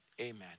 Amen